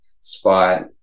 spot